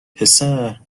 پسر